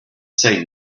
say